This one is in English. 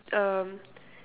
um